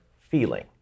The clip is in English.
feeling